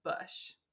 bush